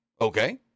Okay